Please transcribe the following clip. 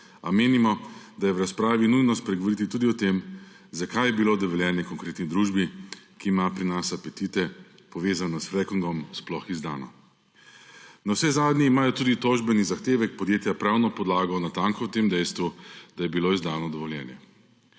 menimo, da je v razpravi nujno spregovoriti tudi o tem, zakaj je bilo dovoljenje konkretni družbi, ki ima pri nas apetite, povezano s frackingom, sploh izdano. Navsezadnje imajo tudi tožbeni zahtevek podjetja pravno podlago natanko v tem dejstvu, da je bilo izdano dovoljenje.